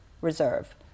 reserve